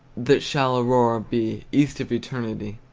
that shall aurora be east of eternity